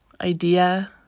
Idea